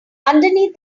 underneath